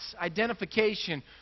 identification